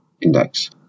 index